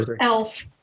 Elf